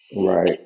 Right